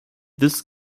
this